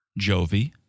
Jovi